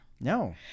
No